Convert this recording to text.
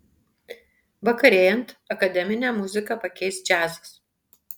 vakarėjant akademinę muziką pakeis džiazas